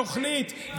בתוכנית,